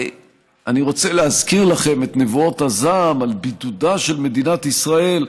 אני רוצה להזכיר לכם את נבואות הזעם על בידודה של מדינת ישראל.